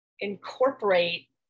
Incorporate